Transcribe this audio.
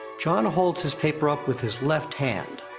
jon holds his paper up with his left hand,